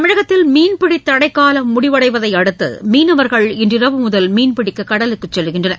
தமிழகத்தில் மீன்பிடித் தடைக்காலம் முடிவடைவதை அடுத்து மீனவர்கள் இன்றிரவு முதல் மீன்பிடிக்க கடலுக்கு செல்கின்றனர்